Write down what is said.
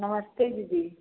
नमस्ते दीदी